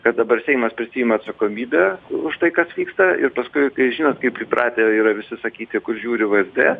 kad dabar seimas prisiima atsakomybę už tai kas vyksta ir paskui tai žinot kaip įpratę yra visi sakyti kur žiūri vsd